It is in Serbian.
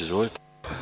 Izvolite.